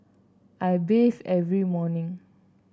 I bathe every morning